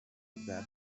bwa